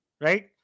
right